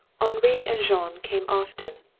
henri and jean came often.